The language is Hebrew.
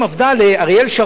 לאריאל שרון,